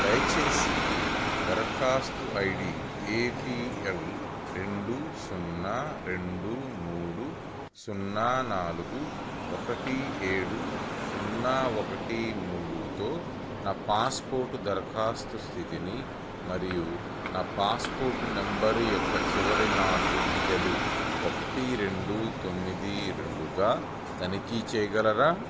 దయచేసి దరఖాస్తు ID APL రెండు సున్న రెండు మూడు సున్న నాలుగు ఒకటి ఏడు సున్న ఒకటి మూడుతో నా పాస్పోర్ట్ దరఖాస్తు స్థితిని మరియు నా పాస్పోర్ట్ నంబర్ యొక్క చివరి నాలుగు అంకెలు ఒకటి రెండు తొమ్మిది రెండుగా తనిఖీ చేయగలరా